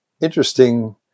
interesting